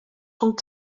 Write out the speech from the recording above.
rhwng